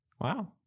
Wow